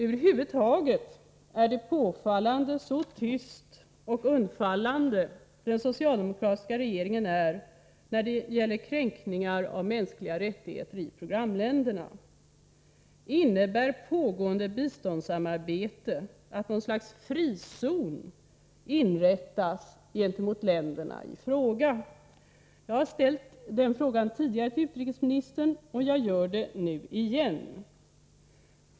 Över huvud taget är det påfallande hur tyst och undfallande den socialdemokratiska regeringen är när det gäller kränkningar av mänskliga rättigheter i programländerna. Innebär pågående biståndssamarbete att något slags frizon inrättas gentemot länderna i fråga? Jag har ställt den frågan tidigare till utrikesministern, och jag gör det nu igen.